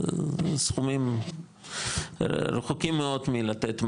סכומים רחוקים מאוד מלתת משהו,